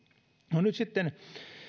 no nyt sitten